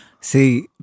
See